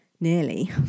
Nearly